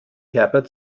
herbert